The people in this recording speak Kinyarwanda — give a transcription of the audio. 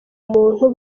muntu